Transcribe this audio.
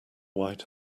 white